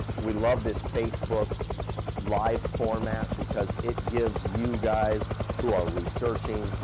we love this facebook live format, because it gives you guys who are researching,